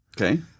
Okay